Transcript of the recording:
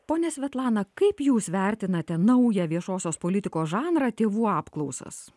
ponia svetlana kaip jūs vertinate naują viešosios politikos žanrą tėvų apklausas